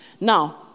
Now